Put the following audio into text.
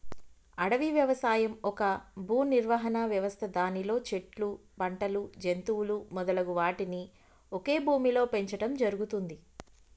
అడవి వ్యవసాయం ఒక భూనిర్వహణ వ్యవస్థ దానిలో చెట్లు, పంటలు, జంతువులు మొదలగు వాటిని ఒకే భూమిలో పెంచడం జరుగుతుంది